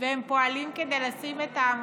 והם פועלים כדי לשים את המכשירים?